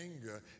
anger